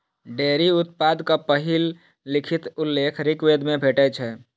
dairy उत्पादक पहिल लिखित उल्लेख ऋग्वेद मे भेटै छै